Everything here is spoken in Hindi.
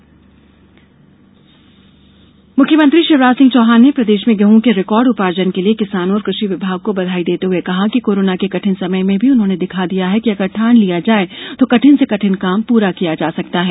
किसान बैठक मुख्यमंत्री शिवराज सिंह चौहान ने प्रदेश में गेहूं के रिकार्ड उपार्जन के लिए किसानों और कृषि विभाग को बधाई देते हुए कहा है कि कोरोना के कठिन समय में भी उन्होंने दिखा दिया है कि अगर ठान लिया जाये तो कठिन से कठिन काम पूरा किया जा सकता है